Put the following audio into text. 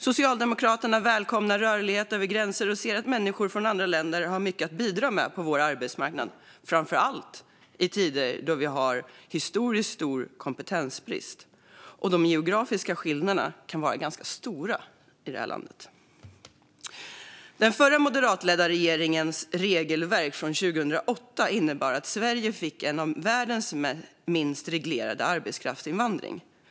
Socialdemokraterna välkomnar rörlighet över gränser och ser att människor från andra länder har mycket att bidra med på vår arbetsmarknad, framför allt i tider då vi har historiskt stor kompetensbrist. De geografiska skillnaderna kan också vara ganska stora i det här landet. Den förra moderatledda regeringens regelverk från 2008 innebar att Sverige fick världens minst reglerade arbetskraftsinvandring.